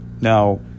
Now